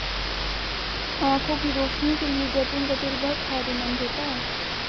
आंखों की रोशनी के लिए जैतून का तेल बहुत फायदेमंद होता है